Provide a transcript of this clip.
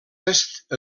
est